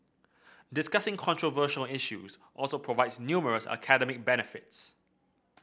discussing controversial issues also provides numerous academic benefits